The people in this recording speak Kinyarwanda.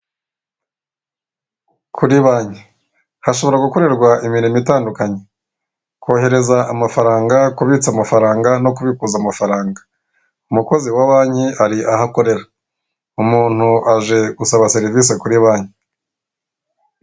Kuri banki. Hashobora gukorerwa imirimo itandukanye: kohereza amafaranga, kubitsa amafaranga, no kubikuza amafaranga. Umukozi wa banki ari aho akorera. umuntu aje gusaba serivise kuri banki.